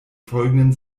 folgenden